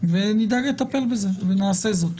נדאג לטפל בזה ונעשה זאת.